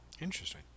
Interesting